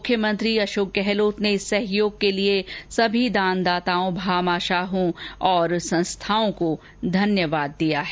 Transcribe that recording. मुख्यमंत्री श्री अशोक गहलोत ने इस सहयोग के लिए सभी दानदाताओं भामाशाहों और संस्थाओं को धन्यवाद दिया है